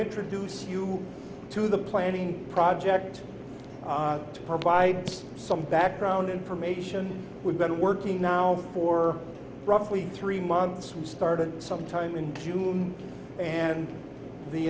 introduce you to the planning project to provide some background information we've been working now for roughly three months we started sometime in june and the